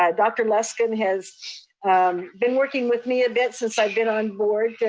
ah dr. luskin has been working with me a bit since i've been on board,